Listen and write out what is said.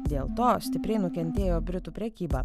dėl to stipriai nukentėjo britų prekyba